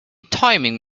timing